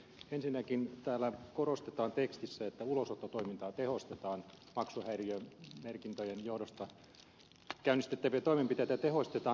ensinnäkin tekstissä korostetaan että ulosottotoimintaa tehostetaan maksuhäiriömerkintöjen johdosta käynnistettäviä toimenpiteitä tehostetaan